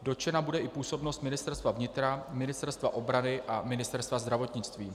Dotčena bude i působnost Ministerstva vnitra, Ministerstva obrany a Ministerstva zdravotnictví.